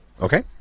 Okay